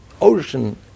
ocean